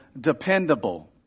dependable